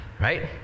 right